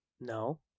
No